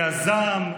יזם,